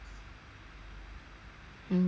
mm now but 危险